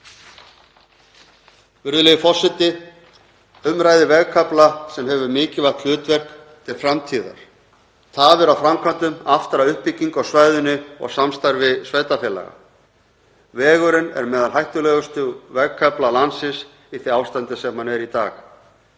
Virðulegur forseti. Um ræðir vegkafla sem hefur mikilvægt hlutverk til framtíðar, tafir á framkvæmdum aftra uppbyggingu á svæðinu og samstarfi sveitarfélaga. Vegurinn er meðal hættulegustu vegarkafla landsins í því ástandi sem hann er í dag.